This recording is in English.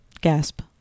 Gasp